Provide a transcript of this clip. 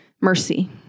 mercy